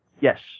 Yes